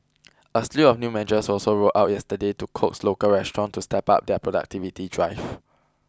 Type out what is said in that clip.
a slew of new measures were also rolled out yesterday to coax local restaurants to step up their productivity drive